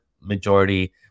majority